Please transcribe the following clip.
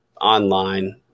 online